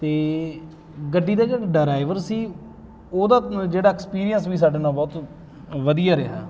ਅਤੇ ਗੱਡੀ ਦਾ ਜਿਹੜਾ ਡਰਾਈਵਰ ਸੀ ਉਹਦਾ ਜਿਹੜਾ ਐਕਸਪੀਰੀਅੰਸ ਵੀ ਸਾਡੇ ਨਾਲ ਬਹੁਤ ਵਧੀਆ ਰਿਹਾ